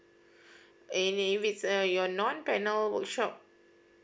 and if it's a your non panel workshop